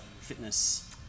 fitness